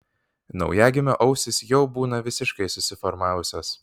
naujagimio ausys jau būna visiškai susiformavusios